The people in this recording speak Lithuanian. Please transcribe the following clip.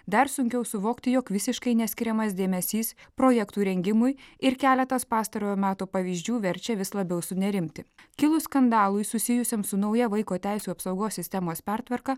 dar sunkiau suvokti jog visiškai neskiriamas dėmesys projektų rengimui ir keletas pastarojo meto pavyzdžių verčia vis labiau sunerimti kilus skandalui susijusiam su nauja vaiko teisių apsaugos sistemos pertvarka